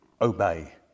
obey